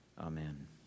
amen